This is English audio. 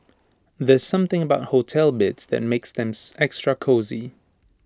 there's something about hotel beds that makes them extra cosy